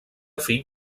fill